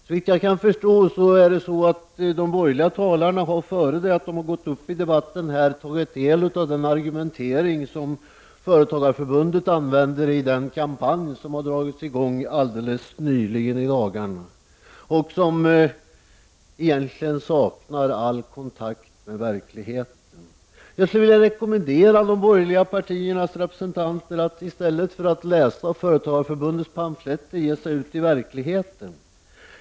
Såvitt jag kan förstå har de borgerliga talarna innan det att de gick upp i debatten här tagit del av den argumentering som Företagarförbundet använder i den kampanj som har dragits i gång i dagarna. Den kampanjen saknar egentligen all kontakt med verkligheten. Jag rekommenderar de borgerliga partiernas representanter att i stället för att läsa Företagarförbundets pamflett ge sig ut i verkligheten.